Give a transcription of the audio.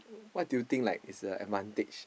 what do you think like is the advantage